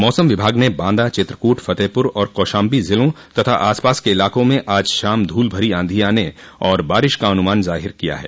मौसम विभाग ने बांदा चित्रकूट फतेहपुर और कौशाम्बी जिलों तथा आसपास के इलाकों में आज शाम धूल भरी आंधी आने और बारिश का अन्मान ज़ाहिर किया है